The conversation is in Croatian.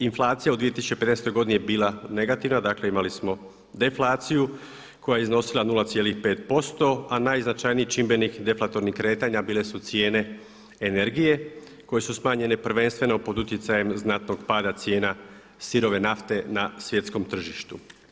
Inflacija u 2015. godini je bila negativna, dakle imali smo deflaciju koja je iznosila 0,5%, a najznačajniji čimbenik deflatornih kretanja bile su cijene energije koje su smanjenje prvenstveno pod utjecajem znatnog pada cijena sirove nafte na svjetskom tržištu.